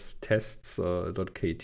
tests.kt